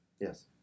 Yes